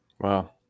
Wow